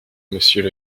monsieur